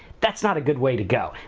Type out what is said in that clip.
that's not a good way to go.